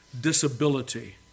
disability